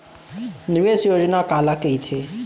निवेश योजना काला कहिथे?